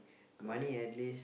money at least